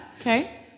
Okay